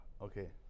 Okay